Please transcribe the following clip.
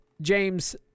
James